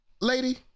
Lady